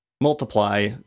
multiply